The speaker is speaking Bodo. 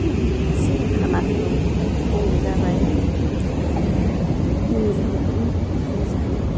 ओम सिरियाखानाखौ नायनाय जाबाय आरो मिउसियामखौबो नायनाय जादों